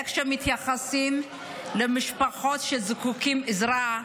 על איך שמתייחסים למשפחות שזקוקות לעזרה,